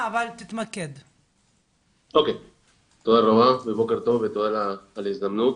תודה על ההזדמנות.